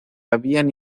habían